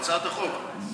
בהצעת החוק.